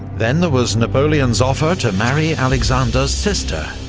then there was napoleon's offer to marry alexander's sister,